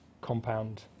compound